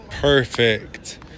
perfect